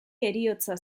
heriotza